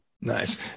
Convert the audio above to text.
Nice